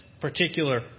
particular